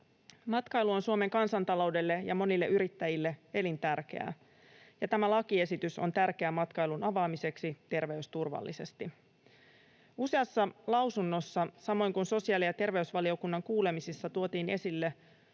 Matkailu on Suomen kansantaloudelle ja monille yrittäjille elintärkeää, ja tämä lakiesitys on tärkeä matkailun avaamiseksi terveysturvallisesti. Useassa lausunnossa samoin kuin sosiaali- ja terveysvaliokunnan kuulemisissa tuotiin esille